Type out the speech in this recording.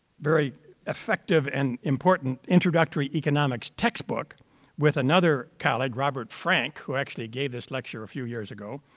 very effective and important introductory economics textbook with another colleague, robert frank, who actually gave this lecture a few years ago.